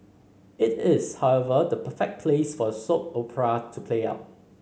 it is however the perfect place for a soap opera to play out